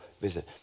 visit